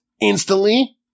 instantly